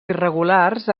irregulars